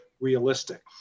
realistic